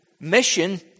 mission